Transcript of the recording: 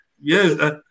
Yes